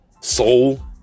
soul